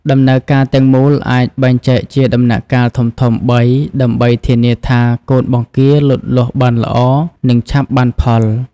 ដំណើរការទាំងមូលអាចបែងចែកជាដំណាក់កាលធំៗបី ដើម្បីធានាថាកូនបង្គាលូតលាស់បានល្អ និងឆាប់បានផល។